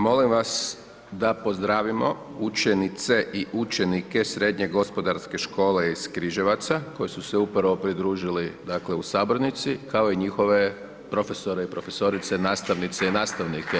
Molim vas da pozdravimo učenice i učenike Srednje gospodarske škole iz Križevaca koji su se upravo pridružili dakle u sabornici, kao i njihove profesore i profesorice, nastavnice i nastavnike.